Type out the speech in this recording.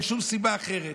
אין שום סיבה אחרת.